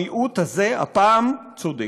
המיעוט הזה הפעם צודק.